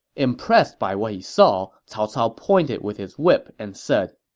impressed by what he saw, cao cao pointed with his whip and said,